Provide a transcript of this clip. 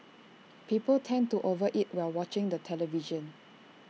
people tend to over eat while watching the television